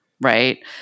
right